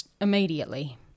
immediately